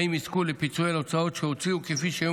ואם יזכו לפיצוי על ההוצאות שהוציאו כפי שהיו